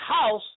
house